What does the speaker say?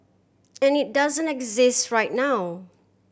and it doesn't exist right now